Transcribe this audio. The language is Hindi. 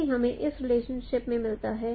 यही हमें इस रिलेशनशिप में मिलता है